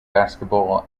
basketball